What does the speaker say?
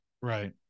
right